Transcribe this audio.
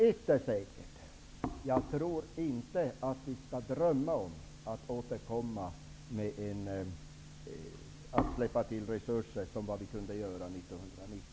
Ett är säkert: Vi skall inte drömma om att vi kan släppa till resurser på det sätt som vi kunde göra år 1990.